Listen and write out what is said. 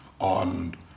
on